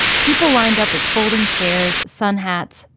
people lined up with folding chairs, sun hats,